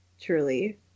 truly